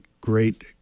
great